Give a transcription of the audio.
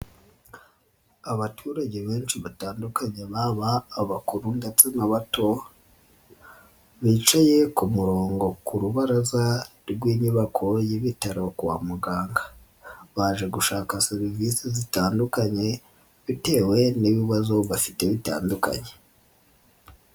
Abaturage benshi batandukanye baba abakuru ndetse n'abato bicaye ku murongo ku rubaraza rw'inyubako y'ibitaro kwa muganga, baje gushaka serivisi zitandukanye bitewe n'ibibazo bafite bitandukanye.